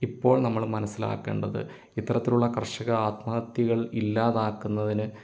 ഇപ്പോൾ നമ്മൾ മനസ്സിലാക്കേണ്ടത് ഇത്തരത്തിലുള്ള കർഷക ആത്മഹത്യകൾ ഇല്ലാതാക്കുന്നതിന്